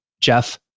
Jeff